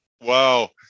Wow